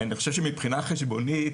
אני חושב שמבחינה חשבונית,